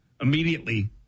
immediately